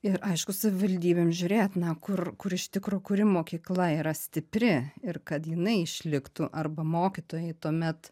ir aišku savivaldybėm žiūrėt na kur kur iš tikro kuri mokykla yra stipri ir kad jinai išliktų arba mokytojai tuomet